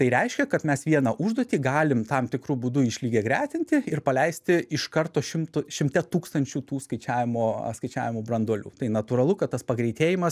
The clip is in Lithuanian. tai reiškia kad mes vieną užduotį galim tam tikru būdu išlygiagretinti ir paleisti iš karto šimtui šimte tūkstančių tų skaičiavimo skaičiavimo branduolių tai natūralu kad tas pagreitėjimas